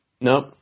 Nope